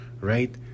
right